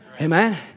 Amen